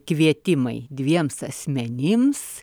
kvietimai dviems asmenims